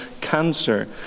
cancer